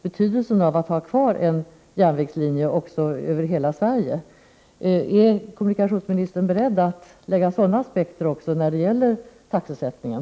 Betydelsen av att ha kvar en järnvägslinje över hela Sverige måste också tas in. Är kommunikationsministern beredd att lägga sådana aspekter även när det gäller taxesättningen?